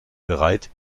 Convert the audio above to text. bereit